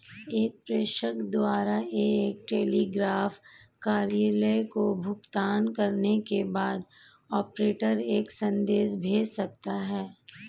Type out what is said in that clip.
एक प्रेषक द्वारा एक टेलीग्राफ कार्यालय को भुगतान करने के बाद, ऑपरेटर एक संदेश भेज सकता है